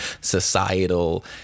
societal